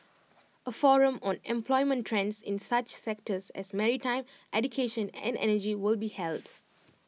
A forum on employment trends in such sectors as maritime education and energy will be held